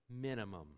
minimum